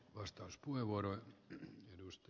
arvoisa puhemies